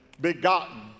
begotten